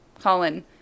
Colin